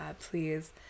please